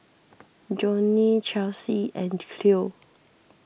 Jonnie Chelsie and